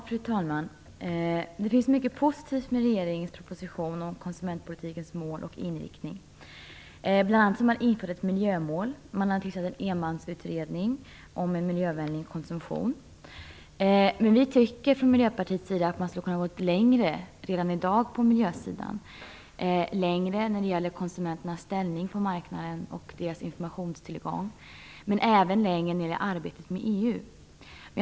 Fru talman! Det finns mycket positivt i regeringens proposition om konsumentpolitikens mål och inriktning. Bl.a. har man infört ett miljömål. Man har tillsatt en enmansutredning om en miljövänlig konsumtion. Men vi tycker från Miljöpartiets sida att man skulle ha kunnat gå längre redan i dag på miljösidan och när det gäller konsumenternas ställning på marknaden och deras informationstillgång och även när det gäller EU-arbetet.